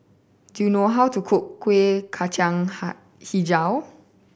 do you know how to cook Kueh Kacang Hijau